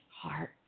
heart